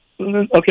Okay